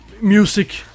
music